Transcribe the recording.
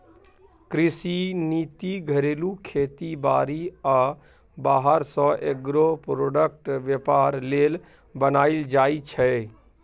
कृषि नीति घरेलू खेती बारी आ बाहर सँ एग्रो प्रोडक्टक बेपार लेल बनाएल जाइ छै